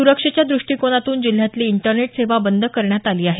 सुरक्षेच्या द्रष्टीकोनातून जिल्ह्यातली इंटरनेट सेवा बंद करण्यात आली आहे